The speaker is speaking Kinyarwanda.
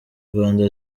rwanda